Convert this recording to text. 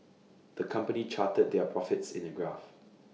the company charted their profits in A graph